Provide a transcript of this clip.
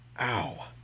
ow